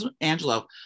Angelo